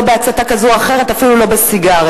בהצתה כזו או אחרת אפילו לא בסיגריה.